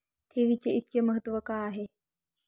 ठेवीचे इतके महत्व का आहे?